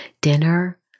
dinner